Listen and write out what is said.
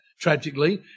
tragically